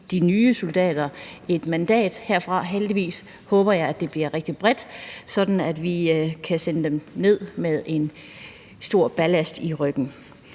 de nye soldater et mandat herfra, som jeg håber bliver rigtig bredt, sådan at vi kan sende dem ned med en stor ballast i ryggen.